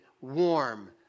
warm